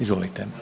Izvolite.